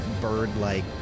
bird-like